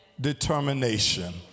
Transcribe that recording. determination